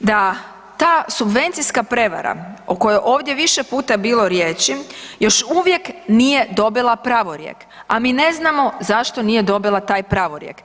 da ta subvencijska prevara, o kojoj je ovdje više puta bilo riječi, još uvijek nije dobila pravorijek, a mi ne znamo zašto nije dobila taj pravorijek.